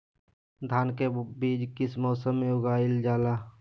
धान के बीज किस मौसम में उगाईल जाला?